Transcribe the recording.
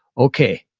okay,